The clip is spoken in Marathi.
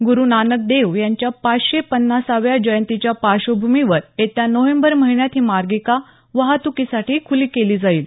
गुरू नानक देव यांच्या पाचशे पन्नासाव्या जयंतीच्या पार्श्वभूमीवर येत्या नोव्हेंबर महिन्यात ही मार्गिका वाहतुकीसाठी खुली केली जाईल